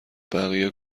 بقیه